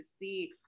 see